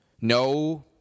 No